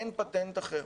אין פטנט אחר.